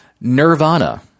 Nirvana